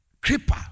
creeper